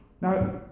now